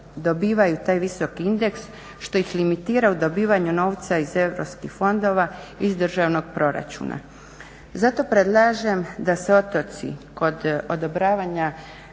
dobivaju taj visoki indeks što ih limitira u dobivanju novca iz Europskih fondova iz državnog proračuna. Zato predlažem da se otoci kod odobravanja